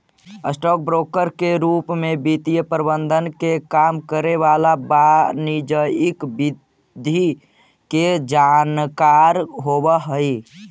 stock broker के रूप में वित्तीय प्रबंधन के काम करे वाला वाणिज्यिक विधा के जानकार होवऽ हइ